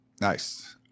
Nice